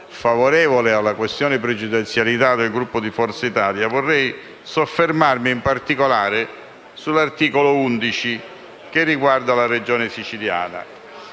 favorevole alla questione pregiudiziale QP2, presentata dal Gruppo di Forza Italia, vorrei soffermarmi in particolare sull'articolo 11, che riguarda la Regione siciliana